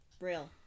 Real